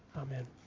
Amen